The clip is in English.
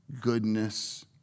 goodness